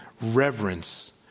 Reverence